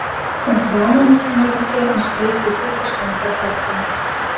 egzaminus marcė išlaikė tik iš antro karto